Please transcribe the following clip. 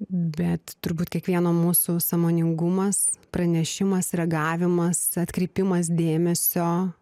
bet turbūt kiekvieno mūsų sąmoningumas pranešimas reagavimas atkreipimas dėmesio